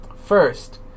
First